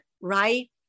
right